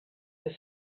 his